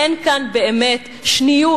אין כאן באמת שניות,